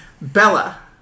Bella